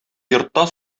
йортта